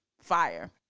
fire